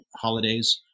holidays